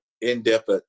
in-depth